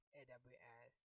aws